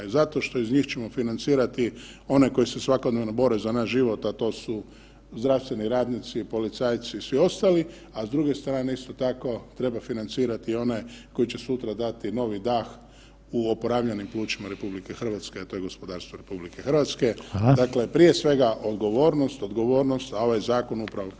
Zato što iz njih ćemo financirati one koji se svakodnevno bore za naš život, a to su zdravstveni radnici, policajci i svi ostali, a s druge strane isto tako treba financirati i one koji će sutra dati novi dah u oporavljenim plućima RH, a to je gospodarstvo RH [[Upadica: Hvala.]] dakle, prije svega odgovornost, odgovornost, a ovaj zakon upravo poziva na to.